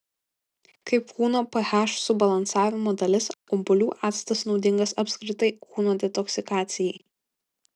kaip kūno ph subalansavimo dalis obuolių actas naudingas apskritai kūno detoksikacijai